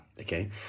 okay